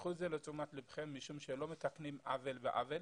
תיקחו את זה לתשומת לבכם משום שלא מתקנים עוול בעוול.